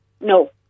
No